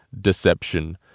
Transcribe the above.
deception